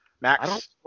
Max